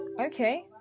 Okay